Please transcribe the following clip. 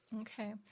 Okay